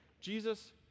Jesus